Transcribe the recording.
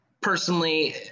personally